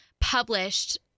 published